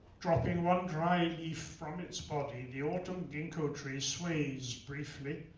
dropping one dry leaf from its body, the autumbn ginkgo tree sways briefly,